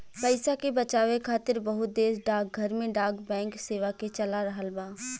पइसा के बचावे खातिर बहुत देश डाकघर में डाक बैंक सेवा के चला रहल बा